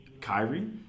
Kyrie